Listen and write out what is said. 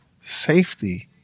safety